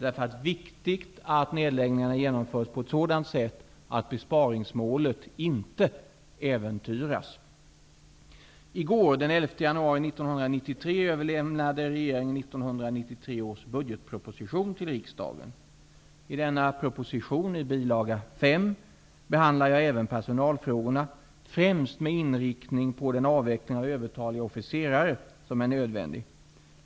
Det är därför viktigt att nedläggningarna genomförs på ett sådant sätt att besparingsmålet inte äventyras. I går -- den 11 januari 1993 -- överlämnade regeringen 1993 års budgetproposition behandlar jag även personalfrågorna, främst med inriktning på den avveckling av övertaliga officerare som är nödvändig.